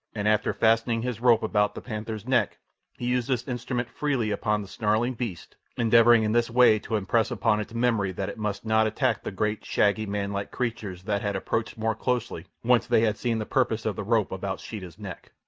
and after fastening his rope about the panther's neck he used this instrument freely upon the snarling beast, endeavouring in this way to impress upon its memory that it must not attack the great, shaggy manlike creatures that had approached more closely once they had seen the purpose of the rope about sheeta's neck.